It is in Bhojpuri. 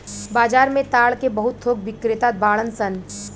बाजार में ताड़ के बहुत थोक बिक्रेता बाड़न सन